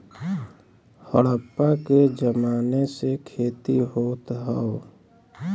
हड़प्पा के जमाने से खेती होत हौ